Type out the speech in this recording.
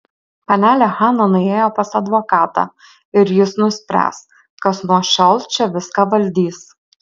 panelė hana nuėjo pas advokatą ir jis nuspręs kas nuo šiol čia viską valdys